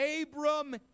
Abram